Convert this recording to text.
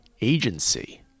agency